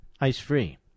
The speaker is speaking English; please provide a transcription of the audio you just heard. ice-free